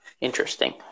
interesting